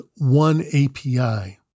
OneAPI